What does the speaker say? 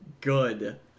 good